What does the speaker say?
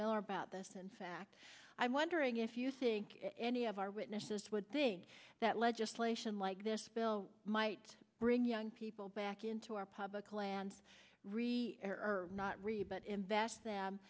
miller about this and fact i'm wondering if you think any of our witnesses would think that legislation like this bill might bring young people back into our public lands not really but invest them